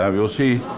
um you'll see.